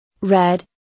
Red